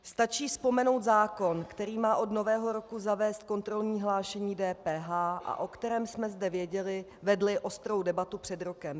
Stačí vzpomenout zákon, který má od Nového roku zavést kontrolní hlášení DPH a o kterém jsme zde vedli ostrou debatu před rokem.